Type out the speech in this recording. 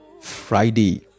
Friday